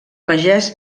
pagès